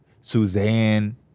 Suzanne